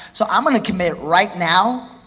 so i'm gonna commit right now,